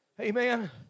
Amen